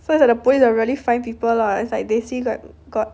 so it's like the police will really find people lah it's like they say got